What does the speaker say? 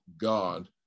God